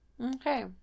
okay